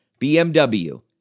BMW